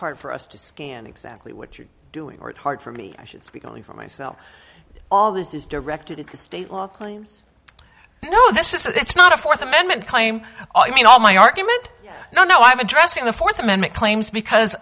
hard for us to scan exactly what you're doing or it hard for me i should speak only for myself all this is directed at the state claims no this is it's not a fourth amendment claim oh you mean all my argument no no i'm addressing the fourth amendment claims because